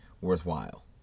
worthwhile